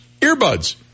Earbuds